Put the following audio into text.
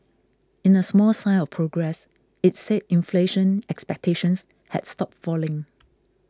in a small sign of progress it said inflation expectations had stopped falling